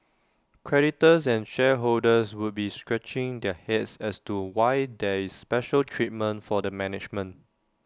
creditors and shareholders would be scratching their heads as to why there is special treatment for the management